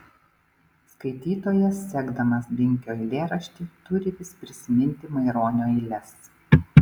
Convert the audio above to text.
skaitytojas sekdamas binkio eilėraštį turi vis prisiminti maironio eiles